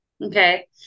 Okay